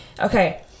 Okay